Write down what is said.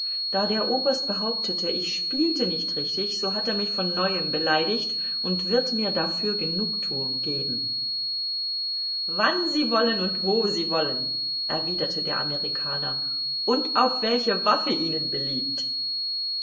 da der oberst behauptete ich spielte nicht richtig so hat er mich von neuem beleidigt und wird mir dafür genugthung geben wann sie wollen und wo sie wollen erwiderte der amerikaner und auf welche waffe ihnen beliebt